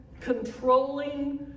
controlling